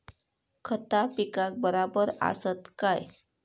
खता पिकाक बराबर आसत काय?